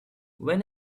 when